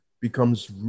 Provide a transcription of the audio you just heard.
becomes